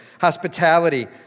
hospitality